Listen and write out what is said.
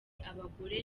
abagore